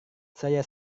saya